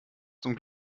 zum